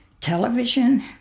television